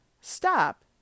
Stop